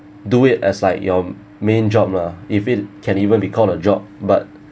do it as like your main job lah if it can even be called a job but